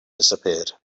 disappeared